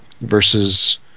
versus